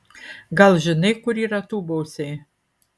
gal žinai kur yra tūbausiai